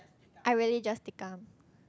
I really just tikam